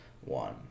one